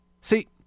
See